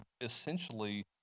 essentially